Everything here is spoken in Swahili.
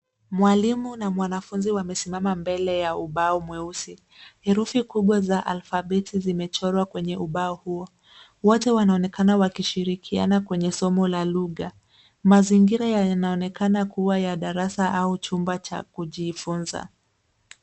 Mwalimu na mwanafunzi wamesimama mbele ya ubao mweusi. Herufi kubwa za alfabeti zimechorwa kwenye ubao huo. Wote wanaonekana wakishirikiana kwenye somo la lugha. Mazingira yanaonekana kuwa ya darasa au chumba cha kujifunza.